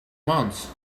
months